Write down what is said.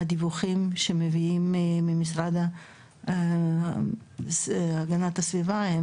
הדיווחים שמביאים מהמשרד להגנת הסביבה הם